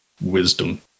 wisdom